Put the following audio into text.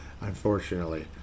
unfortunately